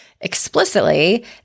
explicitly